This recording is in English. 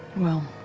well,